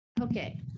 okay